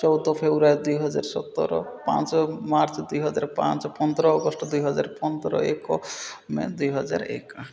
ଚଉଦ ଫେବୃଆରୀ ଦୁଇହଜାର ସତର ପାଞ୍ଚ ମାର୍ଚ୍ଚ ଦୁଇହଜାର ପାଞ୍ଚ ପନ୍ଦର ଅଗଷ୍ଟ ଦୁଇହଜାର ପନ୍ଦର ଏକ ମେ ଦୁଇହଜାର ଏକ